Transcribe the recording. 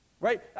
Right